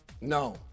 No